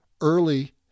early